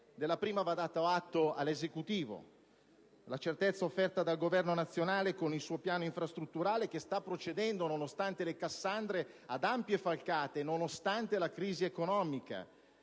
della prima - la certezza offerta dal Governo nazionale con il suo piano infrastrutturale, che sta procedendo, nonostante le Cassandre, ad ampie falcate, nonostante la crisi economica